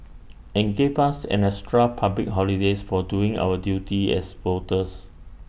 and give us an extra public holidays for doing our duty as voters